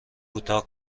کوتاه